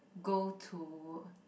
go to